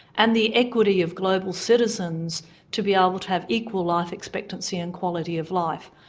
and the equity of global citizens to be able to have equal life expectancy and quality of life.